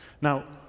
Now